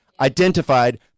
identified